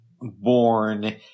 born